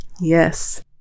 Yes